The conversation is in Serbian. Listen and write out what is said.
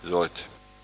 Izvolite.